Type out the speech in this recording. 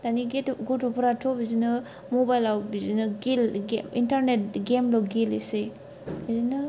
दानि गथ' गथ'फ्राथ' बिदिनो मबाइलाव बिदिनो गे गेमल' गेलेसै बिदिनो